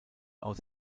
aus